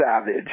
Savage